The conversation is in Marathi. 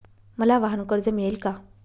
मला वाहनकर्ज मिळेल का?